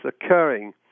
occurring